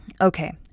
Okay